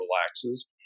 relaxes